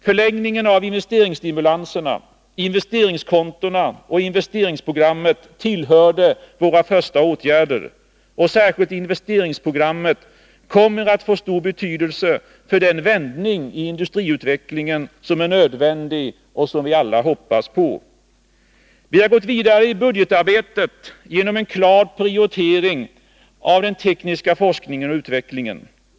Förlängningen av investeringsstimulanserna, investeringskontona och investeringsprogrammet tillhörde våra första åtgärder. Särskilt investeringsprogrammet kommer att få stor betydelse för den vändning i industriutvecklingen som är nödvändig och som vi alla hoppas på. Vi har gått vidare i budgetarbetet genom en klar prioritering av den tekniska forskningen och utvecklingen.